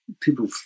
people